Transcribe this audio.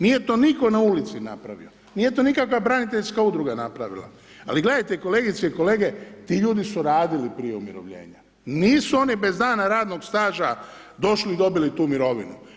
Nije to nitko na ulici napravio, nije to nikakva braniteljska udruga napravila ali gledajte kolegice i kolege, ti ljudi su radili prije umirovljenja, nisu oni bez dana radnog staža došli i dobili tu mirovinu.